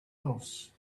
else